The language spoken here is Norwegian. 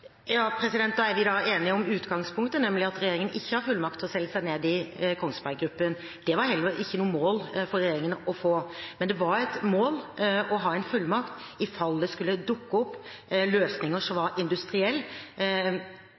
Da er vi enige om utgangspunktet, nemlig at regjeringen ikke har fullmakt til å selge seg ned i Kongsberg Gruppen. Det var det heller ikke noe mål for regjeringen å få. Men det var et mål å ha en fullmakt i fall det skulle dukke opp løsninger som var